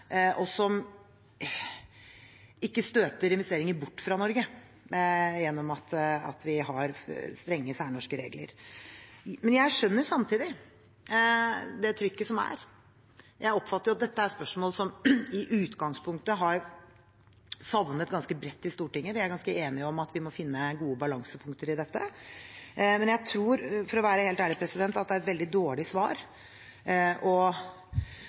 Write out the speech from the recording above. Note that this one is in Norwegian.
og som ikke støter investeringer bort fra Norge gjennom at vi har strenge særnorske regler. Jeg skjønner samtidig det trykket som er. Jeg oppfatter at dette er spørsmål som i utgangspunktet har favnet ganske bredt i Stortinget – vi er ganske enige om at vi må finne gode balansepunkter i dette. Men jeg tror, for å være helt ærlig, at det er et veldig dårlig svar